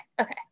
okay